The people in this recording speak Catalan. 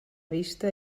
vista